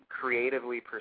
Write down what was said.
creatively